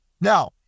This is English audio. Now